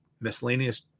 miscellaneous